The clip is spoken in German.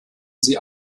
sie